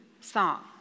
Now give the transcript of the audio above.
song